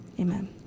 Amen